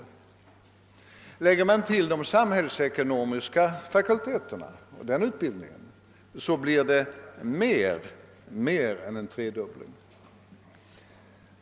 Lägger man till utbildningen vid de samhällsvetenskapliga fakulteterna, blir det mer än en tredubbling.